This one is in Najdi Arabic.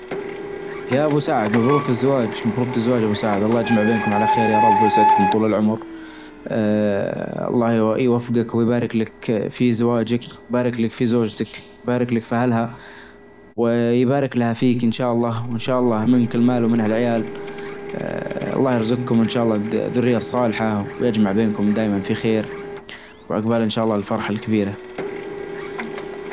يا ابو سعد مبروك الزواج مبروك الزواج يا ابو سعد الله يجمع بينكم على خير يا رب ويسعدكم طول العمر الله يوفقك ويبارك لك في زواجك ويبارك لك في زوجتك ويبارك لك في اهلها ويبارك لها فيك ان شاء الله وان شاء الله منك المال ومن هالعيال الله يرزقكم ان شاء الله الصالحة ويجمع بينكم دايما في خير. وعقبال ان شاء الله للفرحة الكبيرة